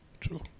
True